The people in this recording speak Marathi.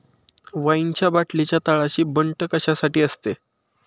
वाईनच्या बाटलीच्या तळाशी बंट कशासाठी असते?